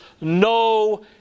no